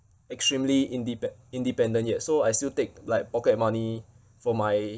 extremely indepe~ independent yet so I still take like pocket money from my